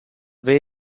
way